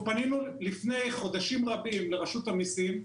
אנחנו פנינו לפני חודשים רבים לרשות המסים,